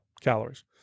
calories